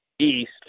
east